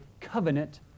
covenant